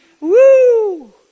Woo